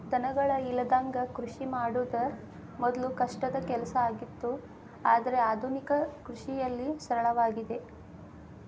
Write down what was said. ದನಗಳ ಇಲ್ಲದಂಗ ಕೃಷಿ ಮಾಡುದ ಮೊದ್ಲು ಕಷ್ಟದ ಕೆಲಸ ಆಗಿತ್ತು ಆದ್ರೆ ಆದುನಿಕ ಕೃಷಿಯಲ್ಲಿ ಸರಳವಾಗಿದೆ